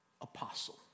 Apostle